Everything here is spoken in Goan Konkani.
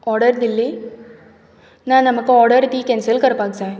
ऑर्डर दिल्ली ना ना म्हाका ऑर्डर ती कॅन्सल करपाक जाय